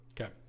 Okay